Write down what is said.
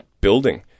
building